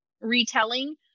retelling